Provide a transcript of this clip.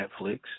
Netflix